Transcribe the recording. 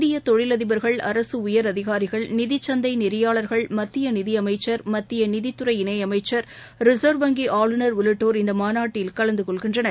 இந்திய தொழிலதிபர்கள் அரசு உயரதிகாரிகள் நிதிச்சந்தை நெறியாளர்கள் மத்திய நிதியமைச்சர் மத்திய நிதித்துறை இணையமைச்சர் ரிசர்வ் வங்கி ஆளுநர் உள்ளிட்டோர் இந்த மாநாட்டில் கலந்து கொள்கின்றனர்